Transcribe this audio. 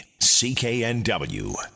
CKNW